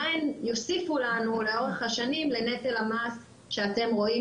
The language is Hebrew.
מה הן יוסיפו לנו לאורך השנים לנטל המס שאתם רואים